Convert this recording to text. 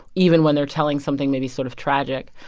even when they're telling something maybe sort of tragic.